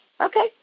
Okay